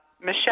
Michelle